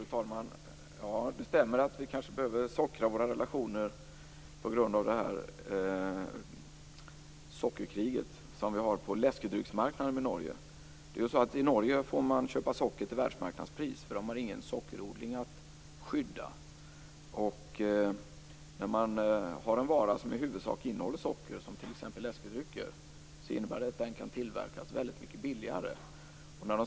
Fru talman! Det stämmer att vi kanske behöver sockra våra relationer på grund av det sockerkrig som vi har på läskedrycksmarknaden med Norge. I Norge får man köpa socker till världsmarknadspris. Man har ingen sockerodling att skydda. När man har en vara som huvudsakligen innehåller socker, t.ex. läskedrycker, innebär det att den kan tillverkas väldigt mycket billigare.